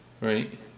right